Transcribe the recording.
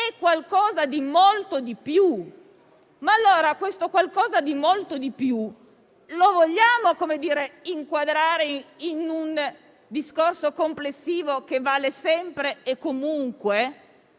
È qualcosa di molto di più: ma allora questo qualcosa di molto di più lo vogliamo inquadrare in un discorso complessivo che vale sempre e comunque?